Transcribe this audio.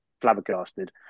flabbergasted